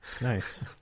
Nice